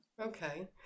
Okay